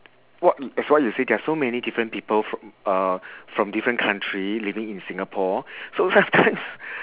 what as what you say there are so many different people from uh from different country living in singapore so sometimes